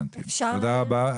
תודה רבה.